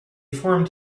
formed